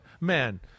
man